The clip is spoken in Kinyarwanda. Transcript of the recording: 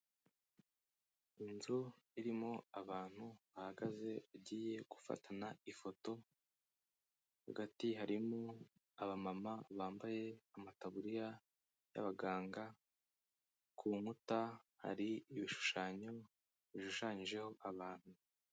Inzu irimo abantu bahagaze bagiye gufatana ifoto, hagati harimo abamama bambaye amataburiya y'abaganga, ku nkuta hari ibishushanyo bishushanyijeho abantu.